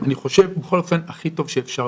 אני חושב בכל אופן הכי טוב שאפשר.